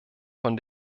von